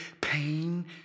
pain